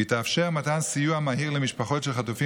היא תאפשר מתן סיוע מהיר למשפחות של חטופים